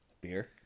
Beer